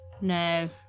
No